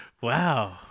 wow